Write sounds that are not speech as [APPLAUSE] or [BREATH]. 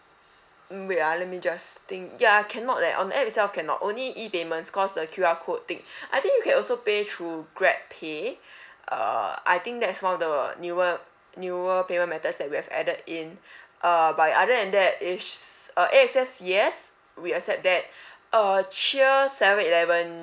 hmm wait ah let me just think ya cannot leh on app itself cannot only E payments cause the Q_R code thing [BREATH] I think you can also pay through grabpay [BREATH] uh I think that's one of the newer newer payment methods that we have added in uh but other than that is uh A_X_S yes we accept that [BREATH] uh cheers seven eleven